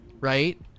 right